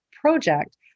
project